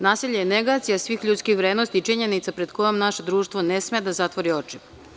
Nasilje je negacija svih ljudskih vrednosti i činjenica pred kojom naše društvo ne sme da zatvori oči.